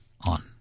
on